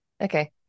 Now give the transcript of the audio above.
okay